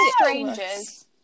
strangers